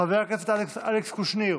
חבר הכנסת אלכס קושניר,